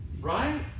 Right